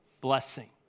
blessing